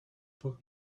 book